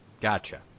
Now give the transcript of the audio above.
gotcha